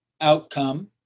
outcome